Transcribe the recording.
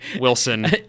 Wilson